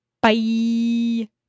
Bye